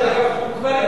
באף,